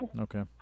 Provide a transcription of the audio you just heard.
Okay